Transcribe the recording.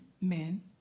men